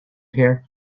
here